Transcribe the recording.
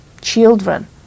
children